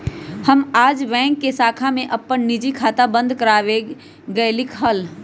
हम आज बैंक के शाखा में अपन निजी खाता बंद कर वावे गय लीक हल